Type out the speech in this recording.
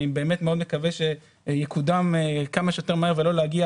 מאוד מקווה שיקודם כמה שיותר מהר ולא נגיע